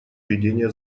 ведения